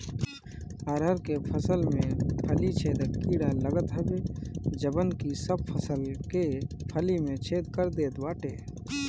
अरहर के फसल में फली छेदक कीड़ा लागत हवे जवन की सब फसल के फली में छेद कर देत बाटे